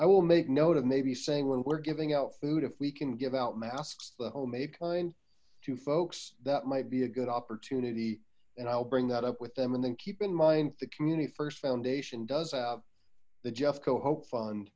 i will make note of may be saying when we're giving out food if we can give out masks the homemade kind to folks that might be a good opportunity and i'll bring that up with them and then keep in mind the community first foundation does have the jeff co hope fund